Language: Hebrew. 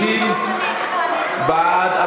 30 בעד,